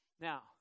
Now